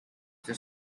the